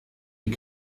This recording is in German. die